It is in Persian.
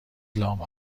لامپ